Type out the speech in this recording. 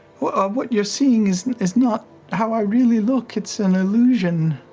what you're seeing is is not how i really look. it's an illusion.